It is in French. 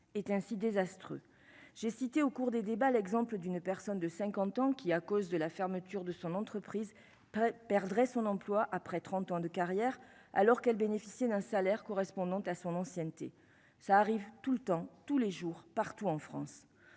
est ainsi désastreux, j'ai cité au cours des débats, l'exemple d'une personne de 50 ans qui, à cause de la fermeture de son entreprise près perdrait son emploi après 30 ans de carrière alors qu'elle bénéficiait d'un salaire correspondant à son ancienneté, ça arrive tout le temps, tous les jours partout en France,